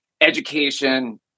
education